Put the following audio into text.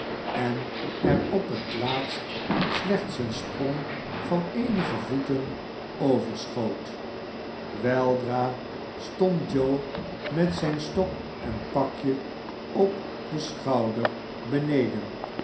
en er op het laatst slechts een sprong van eenige voeten overschoot weldra stond joe met zijn stok en pakje op den schouder beneden